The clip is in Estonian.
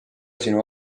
sinu